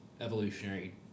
evolutionary